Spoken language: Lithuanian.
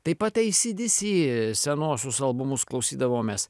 taip pat acdc senuosius albumus klausydavomės